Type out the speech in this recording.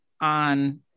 on